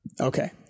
Okay